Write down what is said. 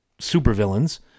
supervillains